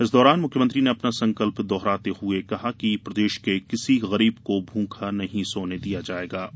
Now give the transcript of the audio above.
इस दौरान मुख्यमंत्री ने अपना संकल्प दोहरात हुए कहा कि मैं प्रदेश के किसी गरीब को भूखा नहीं सोने दूंगा